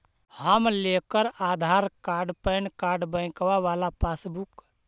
हम लेकर Aadhaar card pan card बैंकवा वाला पासबुक?